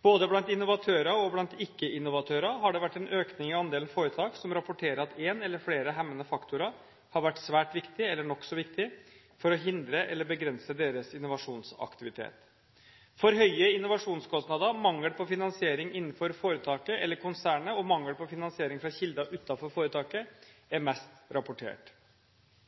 Både blant innovatører og blant ikke-innovatører har det vært en økning i andelen foretak som rapporterer at en eller flere hemmende faktorer har vært svært viktig, eller nokså viktig, for å hindre eller begrense deres innovasjonsaktivitet. For høye innovasjonskostnader, mangel på finansiering innenfor foretaket eller konsernet og mangel på finansiering fra kilder utenfor foretaket er mest rapportert.